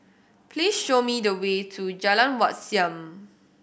please show me the way to Jalan Wat Siam